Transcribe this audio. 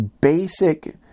basic